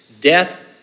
death